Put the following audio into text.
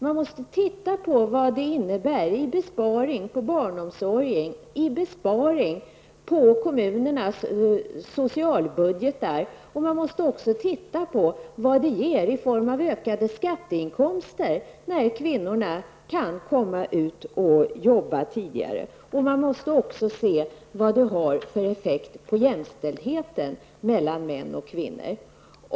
Man måste titta närmare på vad det innebär i besparing på barnomsorgens område och i kommunernas socialbudgetar, och man måste också titta närmare på vad det ger i form av ökade skatteinkomster när kvinnorna kan komma ut och jobba tidigare. Man måste vidare se på vad det har för effekt på jämställdheten mellan män och kvinnor.